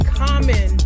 common